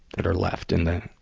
that are left in the,